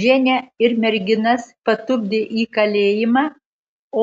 ženią ir merginas patupdė į kalėjimą